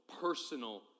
personal